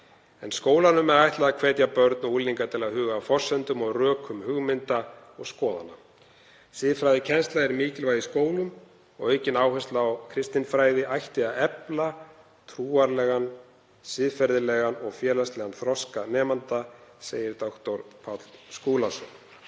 en skólanum er ætlað að hvetja börn og unglinga til að huga að forsendum og rökum hugmynda og skoðana. Siðfræðikennsla er mikilvæg í skólum og aukin áhersla á kristinfræði ætti að efla trúarlegan, siðferðilegan og félagslegan þroska nemenda, segir dr. Páll Skúlason.